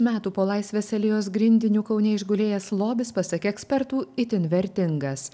metų po laisvės alėjos grindiniu kaune išgulėjęs lobis pasak ekspertų itin vertingas